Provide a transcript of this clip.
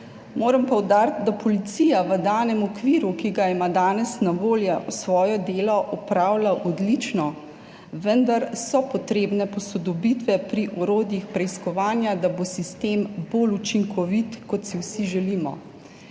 Moram poudariti, da policija v danem okviru, ki ga ima danes na voljo, svoje delo opravlja odlično, vendar so potrebne posodobitve pri orodjih preiskovanja, da bo sistem bolj učinkovit kot si vsi želimo.